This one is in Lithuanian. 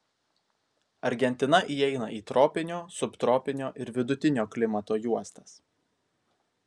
argentina įeina į tropinio subtropinio ir vidutinio klimato juostas